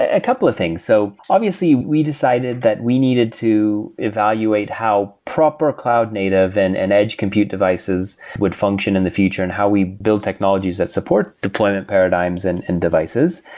a couple of things so obviously, we decided that we needed to evaluate how proper cloud native and and edge compute devices would function in the future and how we build technologies that support deployment paradigms and and devices.